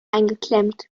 eingeklemmt